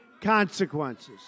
consequences